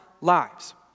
lives